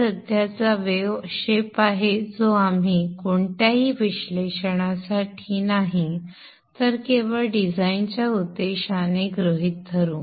हा सध्याचा वेव्ह आकार आहे जो आपण कोणत्याही विश्लेषणासाठी नाही तर केवळ डिझाइनच्या उद्देशाने डिझाइनसाठी गृहीत धरू